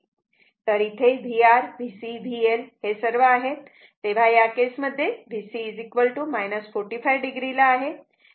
तर इथे VR VC VL हे सर्व आहेत तेव्हा या केस मध्ये हे VC 45 o ला आहे